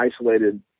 isolated